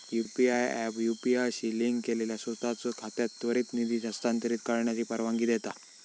UPI app UPI शी link केलेल्या सोताचो खात्यात त्वरित निधी हस्तांतरित करण्याची परवानगी देता